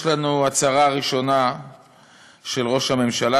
יש לנו הצהרה ראשונה של ראש הממשלה,